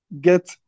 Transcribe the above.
get